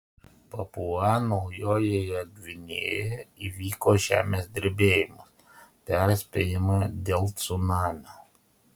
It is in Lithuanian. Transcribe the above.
papua naujojoje gvinėjoje įvyko žemės drebėjimas perspėjama dėl cunamio